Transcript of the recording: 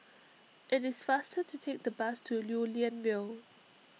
it is faster to take the bus to Lew Lian Vale